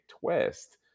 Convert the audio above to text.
twist